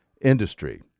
industry